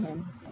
ठीक है